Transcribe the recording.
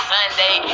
Sunday